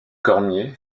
cormier